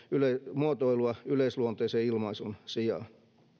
muotoilua yleisluonteisen ilmaisun sijaan